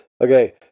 Okay